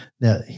Now